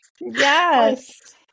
yes